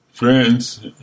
friends